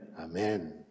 Amen